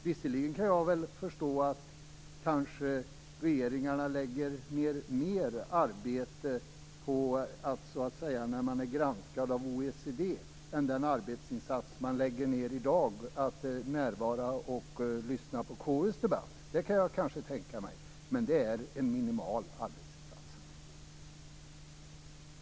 Visserligen kan jag förstå att regeringen lägger ned mer arbete när man granskas av OECD än det arbete som man lägger ned i dag på att närvara vid och lyssna på KU:s debatt, det kan jag tänka mig. Men det handlar om en minimal arbetsinsats.